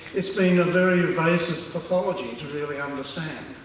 it's been a very evasive pathology to really understand.